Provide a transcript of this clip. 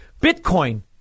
Bitcoin